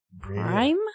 Prime